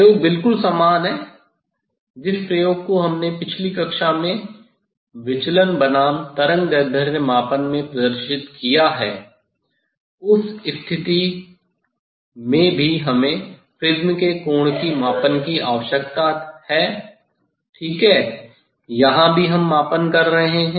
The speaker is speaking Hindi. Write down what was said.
प्रयोग बिल्कुल समान है जिस प्रयोग को हमने पिछली कक्षा में विचलन बनाम तरंगदैर्ध्य मापन में प्रदर्शित किया है उस स्थिति में भी हमें प्रिज्म के कोण के मापन की आवश्यकता है ठीक है यहाँ भी हम मापन कर रहे हैं